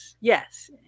Yes